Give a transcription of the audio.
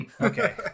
okay